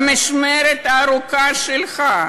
במשמרת הארוכה שלך,